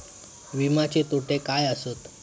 विमाचे तोटे काय आसत?